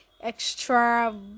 extra